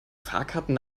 fahrkarten